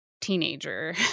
teenager